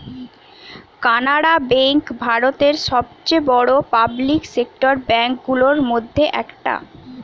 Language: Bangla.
কানাড়া বেঙ্ক ভারতের সবচেয়ে বড়ো পাবলিক সেক্টর ব্যাঙ্ক গুলোর মধ্যে একটা